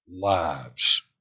lives